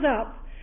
up